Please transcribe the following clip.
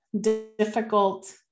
difficult